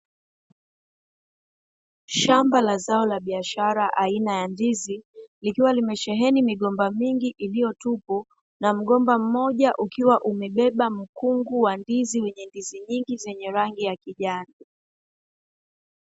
Shamba la zao la biashara aina ya ndizi likiwa limesheheni migomba mingi iliyotupu, na mgomba mmoja ukiwa umebeba mkungu wa ndizi, wenye ndizi nyingi zenye rangi ya kijani.